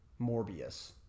Morbius